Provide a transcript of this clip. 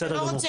בסדר גמור.